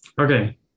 okay